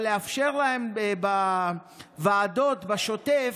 אבל לאפשר להם בוועדות, בשוטף,